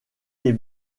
les